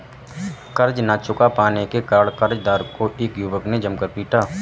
कर्ज ना चुका पाने के कारण, कर्जदार को एक युवक ने जमकर पीटा